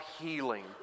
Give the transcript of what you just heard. healing